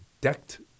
decked